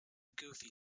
goofy